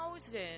thousand